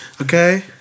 Okay